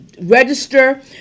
register